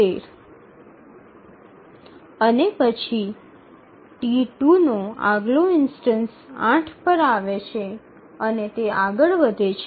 અને પછી T2 નો આગલો ઇન્સ્ટનસ ૮ પર આવે છે અને તે આગળ વધે છે